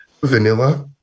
vanilla